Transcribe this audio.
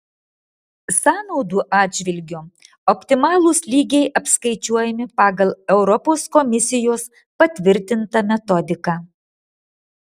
sąnaudų atžvilgiu optimalūs lygiai apskaičiuojami pagal europos komisijos patvirtintą metodiką